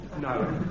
no